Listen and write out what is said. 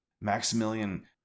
Maximilian